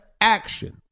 action